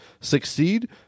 succeed